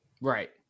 Right